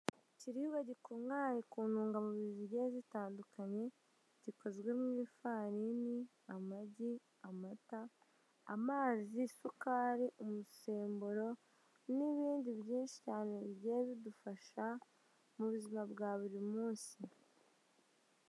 Ikiribwa gikungahaye ku ntungamubiri zigiye zitandukanye gikozwe mu ifarini, amagi, amata, amazi, isukari, umusemburo n'ibindi byinshi cyane bigiye bidufasha mu buzima bwa buri munsi.